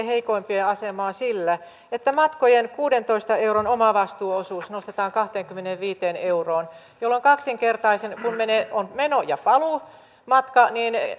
heikoimpien asemaa sillä että matkojen kuudentoista euron omavastuuosuus nostetaan kahteenkymmeneenviiteen euroon jolloin kaksinkertaisena kun on meno ja paluumatka